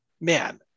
man